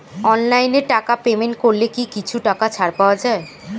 অনলাইনে টাকা পেমেন্ট করলে কি কিছু টাকা ছাড় পাওয়া যায়?